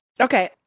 Okay